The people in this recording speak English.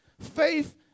Faith